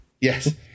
Yes